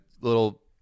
little